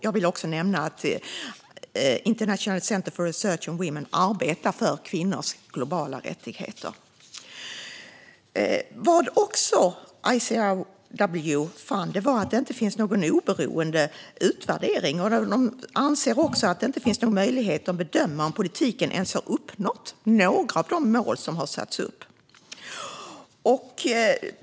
Jag vill också nämna att International Center for Research on Women arbetar för kvinnors globala rättigheter. Vad ICRW fann var att det inte finns någon oberoende utvärdering. De anser också att det inte finns möjlighet att bedöma om politiken ens har uppnått några av de mål som har satts upp.